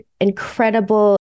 incredible